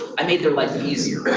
i made their life easier.